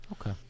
Okay